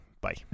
Bye